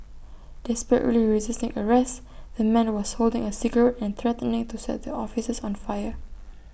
desperately resisting arrest the man was holding A cigarette and threatening to set the officers on fire